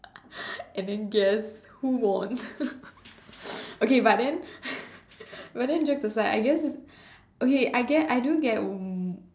and then guess who won okay but then but then jokes aside I guess okay I guess I do get um